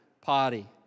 party